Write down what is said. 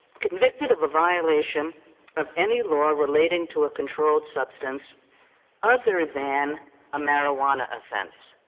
convicted of a violation of any law relating to a controlled substance other than a marijuana offense.